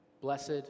Blessed